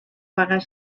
pagar